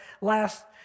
last